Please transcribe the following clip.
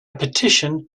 petition